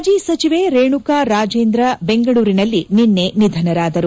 ಮಾಜಿ ಸಚಿವೆ ರೇಣುಕಾ ರಾಜೇಂದ್ರ ಬೆಂಗಳೂರಿನಲ್ಲಿ ನಿನ್ನೆ ನಿಧನರಾದರು